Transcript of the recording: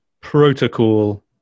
protocol